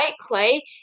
clay